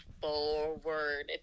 forward